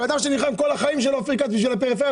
אדם שנלחם כל החיים שלו אופיר כץ בשביל הפריפריה,